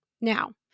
Now